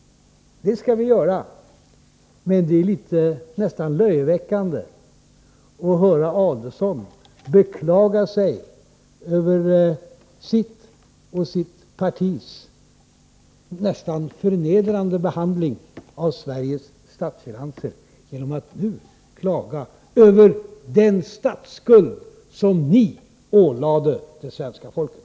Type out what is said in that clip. Det skall vi göra. Det är nästan löjeväckande att höra Adelsohn beklaga sig över sin och sitt partis nästan förnedrande behandling av Sveriges statsfinanser, genom att nu klaga över den statsskuld som ni ålade det svenska folket.